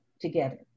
together